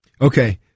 Okay